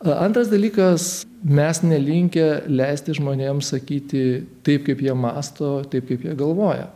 antras dalykas mes nelinkę leisti žmonėm sakyti taip kaip jie mąsto taip kaip jie galvoja